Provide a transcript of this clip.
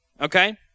Okay